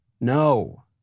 no